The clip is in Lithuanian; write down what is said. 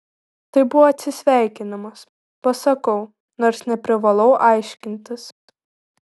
tai buvo atsisveikinimas pasakau nors neprivalau aiškintis